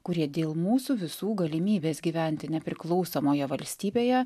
kurie dėl mūsų visų galimybės gyventi nepriklausomoje valstybėje